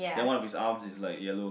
that one of his arm is like yellow